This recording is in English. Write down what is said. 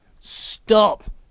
Stop